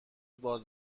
باز